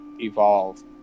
Evolve